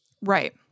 Right